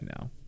now